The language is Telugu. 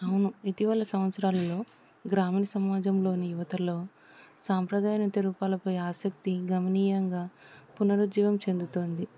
అవును ఇటీవల సంవత్సరాలల్లో గ్రామీణ సమాజంలోని యువతలో సాంప్రదాయ నృత్య రూపాలపై ఆసక్తి గణనీయంగా పునరుజ్జీవం చెందుతుంది